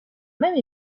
même